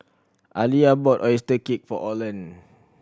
Aliyah bought oyster cake for Orland